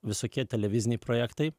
visokie televiziniai projektai